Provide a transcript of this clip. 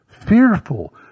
fearful